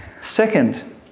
Second